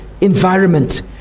environment